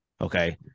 Okay